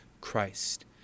Christ